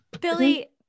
Billy